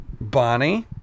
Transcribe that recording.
Bonnie